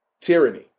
tyranny